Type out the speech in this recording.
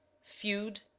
Feud